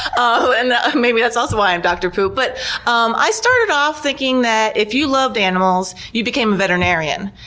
um so and maybe that's also why i'm dr. poop. but um i started off thinking that if you loved animals, you became a veterinarian.